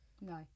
No